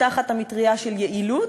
תחת המטרייה של יעילות,